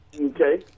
Okay